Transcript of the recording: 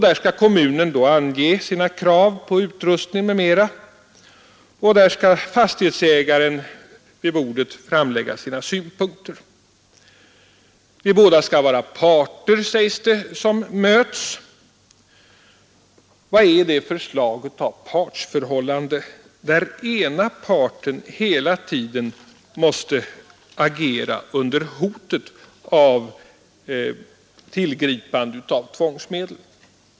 Där skall kommunen ange sina krav på utrustning m.m., och där skall fastighetsägaren vid bordet framlägga sina synpunkter. De båda skall vara parter, sägs det, som möts. Vad är det för slag av partsförhållande, där ena parten hela tiden måste agera under hotet om tillgripande av tvångsmedel?